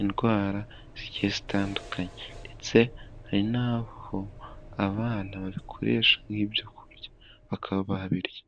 indwara zigiye zitandukanye. Ndetse hari n'aho abana babikoresha nk'ibyo kurya, bakaba babirya.